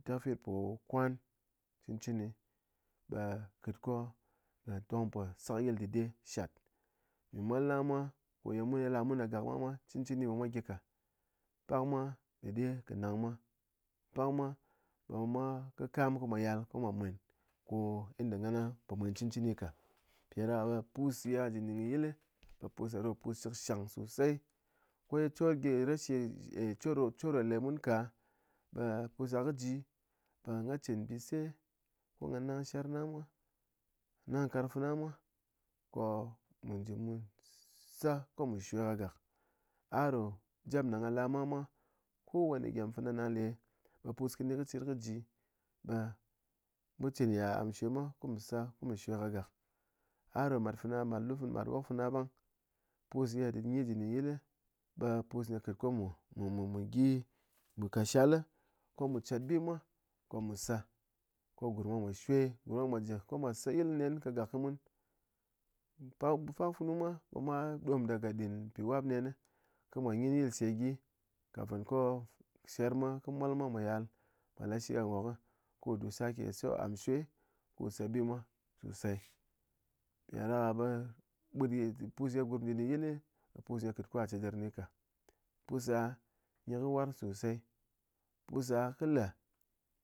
Tek fir po kwan cɨn cɨni ɓe kɨt ko ghá tong po sekɨ yil dɨde shat mpi mwal na mwa ko ye mwa la mun kɨ gak mwa mwa cɨn cɨni be mwa kɨ gyi ka, pak mwa dɨde kɨ nang mwa, pak mwa be mwa kɨ kam mwa yal mwa mwen ko inda ghán po mwen cɨn cɨni ka, mpiɗaɗaka be pus ye ghá ji ndɨn yil ɓe pus ɗa ɗo pus shikshang sosei, ko ye chor gyi rashi chor ɗo chor ɗo le mun ka, ɓe pus da kɨ ji be ghá chet mbise ko ghá nang sher na mwa, nang nkarng fana mwa ko mu ji mu se ko mu shwe kɨ gak, a do jep ne ghá la mwa mwa, ko wane gyem fana ghá le be pus kɨni kɨ cir kɨ ji be mu cin ya am ce mwa ko mu sa ko mu shwe ka gak, a do mat fana mat lu fu mat wok fana bang, pus ye nyi ji ndɨn yil ɓe pus ye khɨt ko mu gyi mu kat shal ko mu chet bi mwa, ko mu se ko gurm mwa mwa shwe gurm mwa mwa ji ko mwa seyil kɨ nen kɨ gak kɨ mun, pak funu mwa be mwa ɗom daga nɗɨn mpi wap kɨ nen ko mwa nyin yilse gyi kafin ko shɨr mwa kɨ mol mwa mwá yal mwa la shi gha nwok ko dɨm wu sake so am shwe ko wu se bi mwa sosei mpiɗaɗaka be ɓut ye pus ye gurm ji ndɨn yil be pus ye kɨt ko ghá chedɨr nyi ka, pus da nyi kɨ warng sosei, pus ɗa kɨ le.